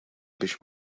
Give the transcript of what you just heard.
biex